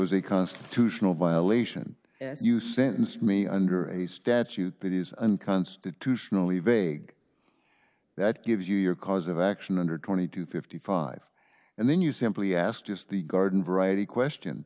was a constitutional violation you sentence me under a statute that is unconstitutionally vague that gives you your cause of action under twenty to fifty five and then you simply ask just the garden variety question